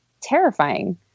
terrifying